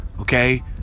okay